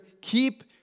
keep